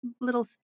little